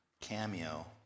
cameo